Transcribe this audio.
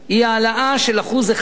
היא העלאה של 1%